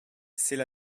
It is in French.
c’est